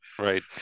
Right